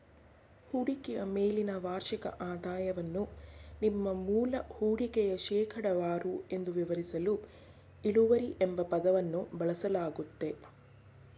ಹೂಡಿಕೆಯ ಮೇಲಿನ ವಾರ್ಷಿಕ ಆದಾಯವನ್ನು ನಿಮ್ಮ ಮೂಲ ಹೂಡಿಕೆಯ ಶೇಕಡವಾರು ಎಂದು ವಿವರಿಸಲು ಇಳುವರಿ ಎಂಬ ಪದವನ್ನು ಬಳಸಲಾಗುತ್ತೆ